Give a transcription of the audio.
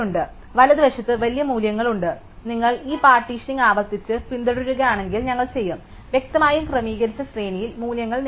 അതിനാൽ വലതുവശത്ത് വലിയ മൂല്യങ്ങളുണ്ട് നിങ്ങൾ ഈ പാർട്ടീഷനിംഗ് ആവർത്തിച്ച് പിന്തുടരുകയാണെങ്കിൽ ഞങ്ങൾ ചെയ്യും വ്യക്തമായും ക്രമീകരിച്ച ശ്രേണിയിൽ മൂല്യങ്ങൾ നേടുക